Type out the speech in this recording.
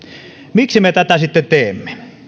miksi me tätä sitten teemme